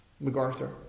MacArthur